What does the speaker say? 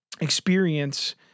experience